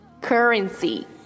currency